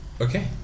Okay